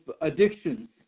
addictions